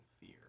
fear